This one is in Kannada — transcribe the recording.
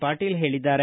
ಪಾಟೀಲ ಹೇಳಿದ್ದಾರೆ